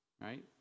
right